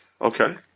Okay